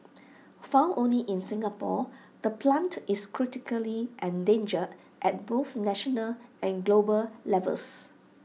found only in Singapore the plant is critically endangered at both national and global levels